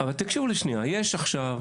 יש עכשיו